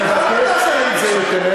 יש שתי, אני רוצה להשלים את המשפט.